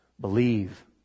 Believe